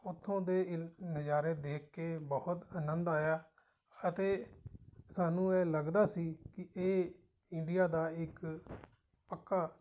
ਉੱਥੋਂ ਦੇ ਇਹ ਨਜ਼ਾਰੇ ਦੇਖ ਕੇ ਬਹੁਤ ਆਨੰਦ ਆਇਆ ਅਤੇ ਸਾਨੂੰ ਇਹ ਲੱਗਦਾ ਸੀ ਕਿ ਇਹ ਇੰਡੀਆ ਦਾ ਇੱਕ ਪੱਕਾ